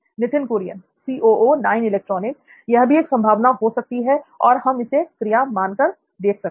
नित्थिन कुरियन यह भी एक संभावना हो सकती है और हम इसे क्रिया मान कर देख सकते हैं